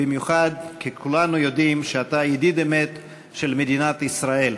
במיוחד כי כולנו יודעים שאתה ידיד אמת של מדינת ישראל.